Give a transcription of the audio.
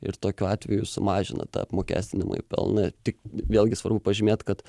ir tokiu atveju sumažina tą apmokestinamąjį pelną tik vėlgi svarbu pažymėt kad